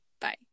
Bye